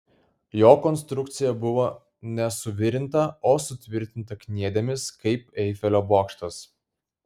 jo konstrukcija buvo ne suvirinta o sutvirtinta kniedėmis kaip eifelio bokštas